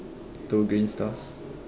two green stars